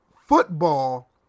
football